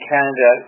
Canada